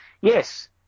Yes